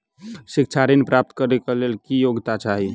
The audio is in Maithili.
शिक्षा ऋण प्राप्त करऽ कऽ लेल योग्यता की छई?